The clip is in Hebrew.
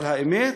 אבל האמת?